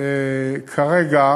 כרגע